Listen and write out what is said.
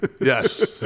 yes